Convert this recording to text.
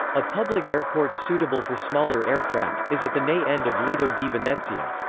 a public airport suitable for smaller aircraft, is at the ne end of lido di venezia.